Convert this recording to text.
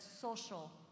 social